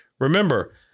Remember